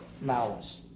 Malice